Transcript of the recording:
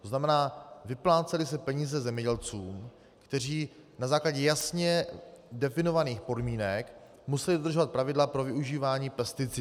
To znamená, vyplácely se peníze zemědělcům, kteří na základě jasně definovaných podmínek museli dodržovat pravidla pro využívání pesticidů.